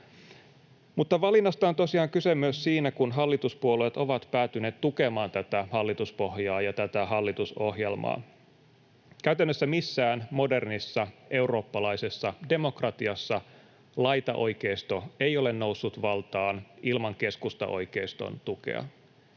Mutta valinnasta on tosiaan kyse myös siinä, kun hallituspuolueet ovat päätyneet tukemaan tätä hallituspohjaa ja tätä hallitusohjelmaa. Käytännössä missään modernissa eurooppalaisessa demokratiassa laitaoikeisto ei ole noussut valtaan ilman keskustaoikeiston tukea,